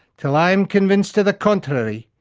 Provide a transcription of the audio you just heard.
until i am convinced to the contrary,